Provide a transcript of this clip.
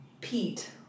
pete